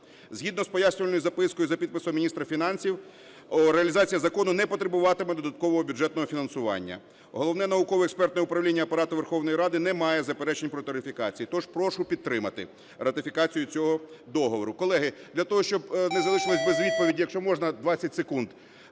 Згідно з пояснювальною запискою за підписом міністра фінансів реалізація закону не потребуватиме додаткового бюджетного фінансування. Головне науково-експертне управління Апарату Верховної Ради не має заперечень по ратифікації. Тож прошу підтримати ратифікацію цього договору. Колеги, для того, щоб не залишились без відповіді, якщо можна, 20 секунд,